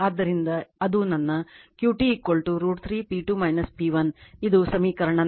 ಆದ್ದರಿಂದ ಅದು ನನ್ನ q t √ 3 P2 P1 ಇದು ಸಮೀಕರಣ 4